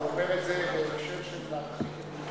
הוא אומר את זה, והוא חושב להרחיק את,